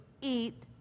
eat